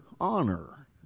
honor